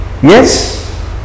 Yes